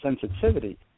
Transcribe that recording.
sensitivity